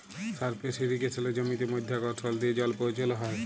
surface ইরিগেসলে জমিতে মধ্যাকরসল দিয়ে জল পৌঁছাল হ্যয়